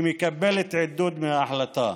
שמקבלת עידוד מההחלטה.